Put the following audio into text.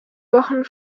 wochen